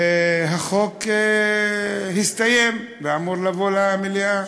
והחוק הסתיים ואמור לבוא למליאה.